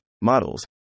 models